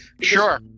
sure